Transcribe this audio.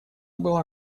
было